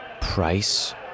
Price